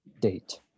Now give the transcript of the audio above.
date